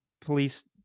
police